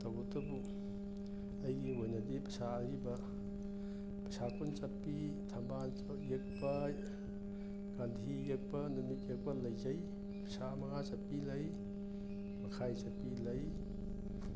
ꯇꯧꯕꯇꯕꯨ ꯑꯩꯒꯤ ꯑꯣꯏꯅꯗꯤ ꯄꯩꯁꯥ ꯑꯔꯤꯕ ꯄꯩꯁꯥ ꯀꯨꯟ ꯆꯄꯤ ꯊꯝꯕꯥꯜ ꯌꯦꯛꯄ ꯒꯥꯟꯙꯤ ꯌꯦꯛꯄ ꯅꯨꯃꯤꯠ ꯌꯦꯛꯄ ꯂꯩꯖꯩ ꯄꯩꯁꯥ ꯃꯉꯥ ꯆꯄꯤ ꯂꯩ ꯃꯈꯥꯏ ꯆꯄꯤ ꯂꯩ